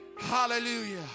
hallelujah